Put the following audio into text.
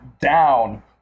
down